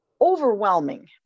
overwhelming